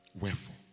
wherefore